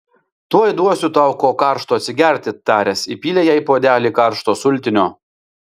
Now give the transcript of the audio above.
tuoj duosiu tau ko karšto atsigerti taręs įpylė jai į puodelį karšto sultinio